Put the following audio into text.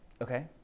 Okay